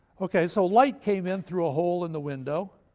okay, so light came in through a hole in the window,